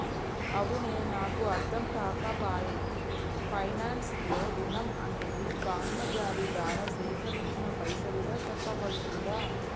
అవునే నాకు అర్ధంకాక పాయె పైనాన్స్ లో రుణం అనేది బాండ్ల జారీ దారా సేకరించిన పైసలుగా సెప్పబడుతుందా